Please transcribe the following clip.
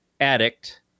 addict